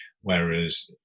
Whereas